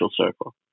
circle